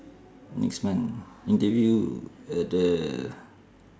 next month interview uh the